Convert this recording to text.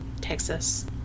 Texas